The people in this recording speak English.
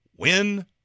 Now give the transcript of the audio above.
win